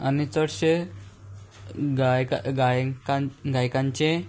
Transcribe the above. आनी चडशे गायकां गायकांन गायकांचे